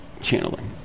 channeling